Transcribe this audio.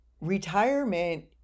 Retirement